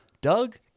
Doug